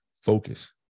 focus